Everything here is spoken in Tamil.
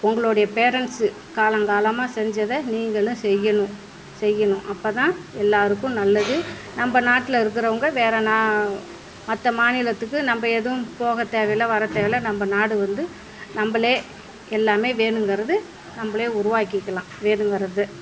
உங்களுடைய பேரெண்ட்ஸு காலங்காலமாக செஞ்சதை நீங்களும் செய்யணும் செய்யணும் அப்போ தான் எல்லோருக்கும் நல்லது நம்ம நாட்டில் இருக்கிறவங்க வேறே நா மற்ற மாநிலத்துக்கு நம்ம எதுவும் போக தேவையில்லை வர தேவையில்லை நம்ம நாடு வந்து நம்மளே எல்லாமே வேணுங்கிறது நம்மளே உருவாக்கிக்கலாம் வேணுங்கிறது